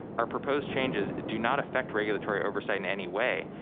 our proposed changes do not affect regulatory oversight in any way,